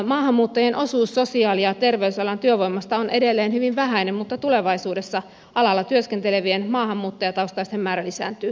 maahanmuuttajien osuus sosiaali ja terveysalan työvoimasta on edelleen hyvin vähäinen mutta tulevaisuudessa alalla työskentelevien maahanmuuttajataustaisten määrä lisääntyy